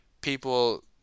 people